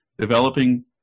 developing